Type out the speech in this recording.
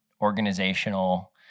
organizational